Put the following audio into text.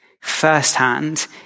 firsthand